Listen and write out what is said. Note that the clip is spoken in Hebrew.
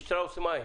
משטראוס מים.